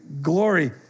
glory